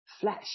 Flash